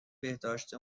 بهداشت